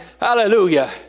Hallelujah